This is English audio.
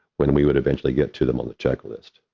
when we would eventually get to them on the checklist.